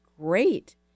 Great